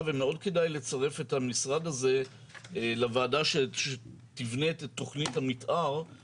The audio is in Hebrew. ומאוד כדאי לצרף את המשרד הזה לוועדה שתיבנה את תוכנית המתאר,